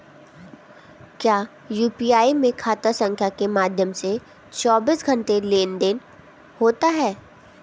क्या यू.पी.आई में खाता संख्या के माध्यम से चौबीस घंटे लेनदन होता है?